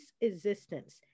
existence